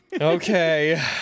Okay